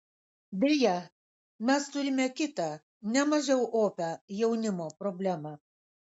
deja mes turime kitą ne mažiau opią jaunimo problemą